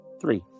Three